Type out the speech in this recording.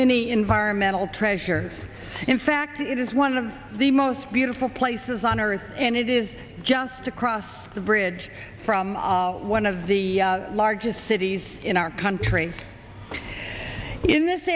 many environmental treasures in fact it is one of the most beautiful places on earth and it is just across the bridge from one of the largest cities in our country in this